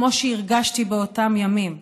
כמו שהרגשתי באותם הימים.